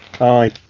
Aye